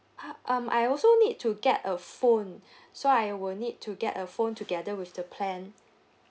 um I also need to get a phone so I will need to get a phone together with the plan